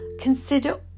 consider